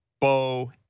Bo